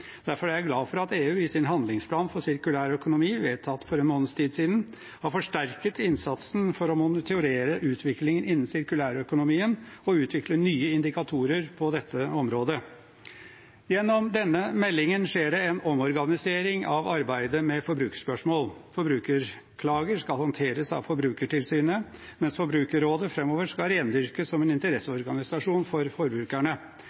Derfor er jeg glad for at EU i sin handlingsplan for sirkulær økonomi, vedtatt for en måneds tid siden, har forsterket innsatsen for å monitorere utviklingen innen sirkulærøkonomien og utvikle nye indikatorer på dette området. Gjennom denne meldingen skjer det en omorganisering av arbeidet med forbrukerspørsmål. Forbrukerklager skal håndteres av Forbrukertilsynet, mens Forbrukerrådet framover skal rendyrkes som en interesseorganisasjon for forbrukerne.